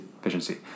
efficiency